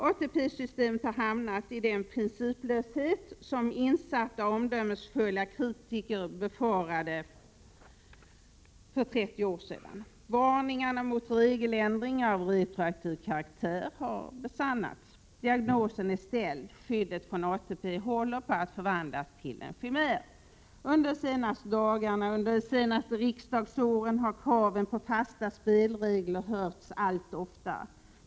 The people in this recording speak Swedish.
ATP-systemet har hamnat i den principlöshet som insatta och omdömesfulla kritiker befarade för 30 år sedan. Varningarna mot regeländringar av retroaktiv karaktär har besannats. Diagnosen är ställd. Skyddet från ATP håller på att förvandlas till en chimär. Under de senaste dagarna, under det senaste riksdagsåret, har kraven på fasta spelregler hörts allt oftare.